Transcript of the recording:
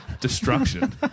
Destruction